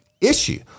issue